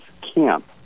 camp